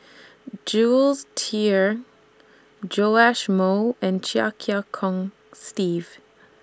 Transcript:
Jules Itier Joash Moo and Chia Kiah Hong Steve